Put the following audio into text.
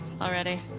already